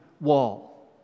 wall